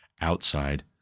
outside